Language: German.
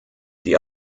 die